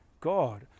God